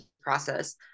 process